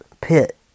pit